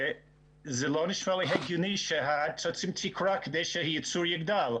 זה לא נשמע לי הגיוני שתשים תקרה כדי שהייצור יגדל.